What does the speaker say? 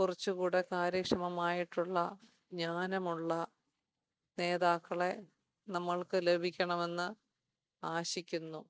കുറച്ചുകൂടെ കാര്യക്ഷമമായിട്ടുള്ള ജ്ഞാനമുള്ള നേതാക്കളെ നമ്മൾക്ക് ലഭിക്കണമെന്ന് ആശിക്കുന്നു